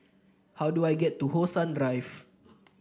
how do I get to How Sun Drive